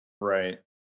Right